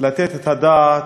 לתת את הדעת,